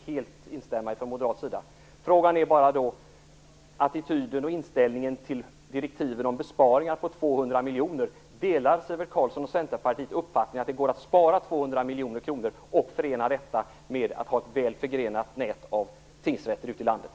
Herr talman! Jag vill bara ställa en fråga till Sivert Carlsson. Mycket av det som Sivert Carlsson anförde om det förträffliga med de mindre tingsrätterna kan vi moderater helt instämma i. Frågan gäller då bara attityden och inställningen till direktiven om besparingar på 200 miljoner. Delar Sivert Carlsson och Centerpartiet uppfattningen att det går att spara 200 miljoner kronor och förena detta med att ha ett väl förgrenat nät av tingsrätter ute i landet?